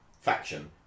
faction